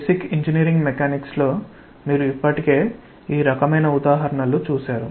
basic engineering mechanics లో మీరు ఇప్పటికే ఈ రకమైన ఉదాహరణలు చూశారు